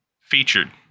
featured